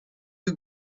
you